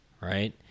right